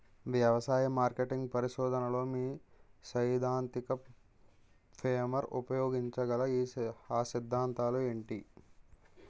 వ్యవసాయ మార్కెటింగ్ పరిశోధనలో మీ సైదాంతిక ఫ్రేమ్వర్క్ ఉపయోగించగల అ సిద్ధాంతాలు ఏంటి?